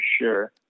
sure